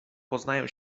poznają